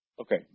Okay